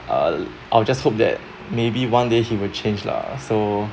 uh I'll just hope that maybe one day he will change lah so